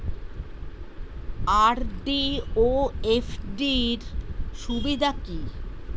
RD ও FD র সুবিধা কি?